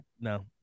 No